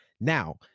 Now